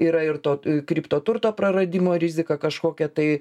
yra ir to kriptoturto praradimo rizika kažkokia tai